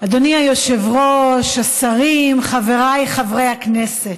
אדוני היושב-ראש, השרים, חבריי חברי הכנסת,